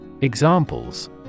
Examples